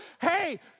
hey